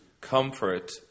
comfort